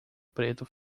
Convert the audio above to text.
preto